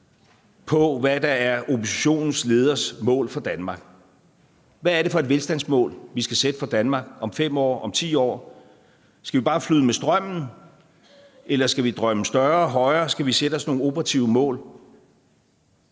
på, hvad der er oppositionens leders mål for Danmark. Hvad er det for et velstandsmål, vi skal sætte for Danmark om 5 år, om 10 år? Skal vi bare flyde med strømmen, eller skal vi drømme større, højere? Skal vi sætte os nogle operative mål?